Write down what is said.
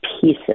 pieces